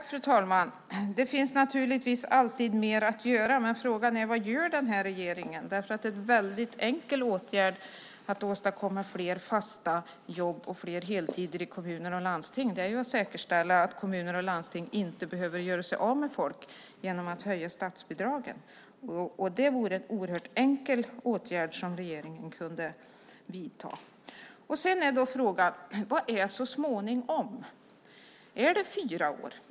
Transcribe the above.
Fru talman! Det finns naturligtvis alltid mer att göra. Men frågan är: Vad gör den här regeringen? En väldigt enkel åtgärd för att åstadkomma fler fasta jobb och fler heltidsjobb i kommuner och landsting är att höja statsbidragen för att säkerställa att kommuner och landsting inte behöver göra sig av med folk. Det vore en oerhört enkel åtgärd för regeringen att vidta. Sedan är frågan: Vad är så småningom? Är det fyra år?